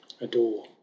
adore